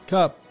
Cup